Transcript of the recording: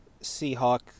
Seahawk